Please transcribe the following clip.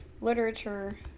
literature